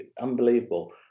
unbelievable